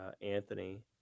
Anthony